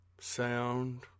Sound